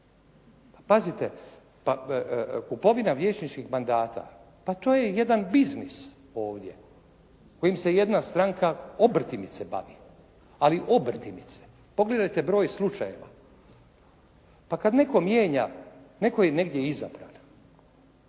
Pazite pa kupovina vijećničkih mandata pa to je jedan biznis ovdje kojim se jedna stranka obrtimice bavi, ali obrtimice. Pogledajte broj slučajeva. Pa kad netko mijenja, netko je negdje izabran,